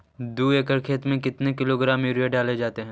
दू एकड़ खेत में कितने किलोग्राम यूरिया डाले जाते हैं?